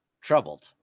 troubled